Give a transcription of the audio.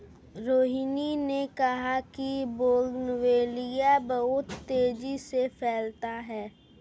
रोहिनी ने कहा कि बोगनवेलिया बहुत तेजी से फैलता है